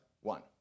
one